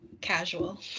Casual